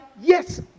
yes